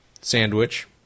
sandwich